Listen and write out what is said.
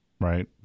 right